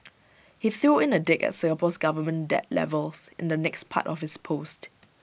he threw in A dig at Singapore's government debt levels in the next part of his post